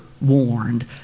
warned